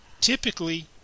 typically